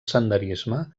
senderisme